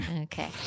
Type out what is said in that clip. Okay